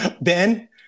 Ben